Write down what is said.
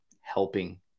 helping